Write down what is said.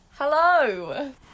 hello